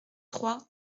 trois